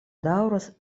daŭras